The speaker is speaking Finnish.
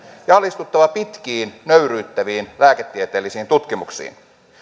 ja alistuttava pitkiin nöyryyttäviin lääketieteellisiin tutkimuksiin